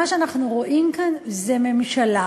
מה שאנחנו רואים כאן זה ממשלה,